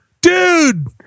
Dude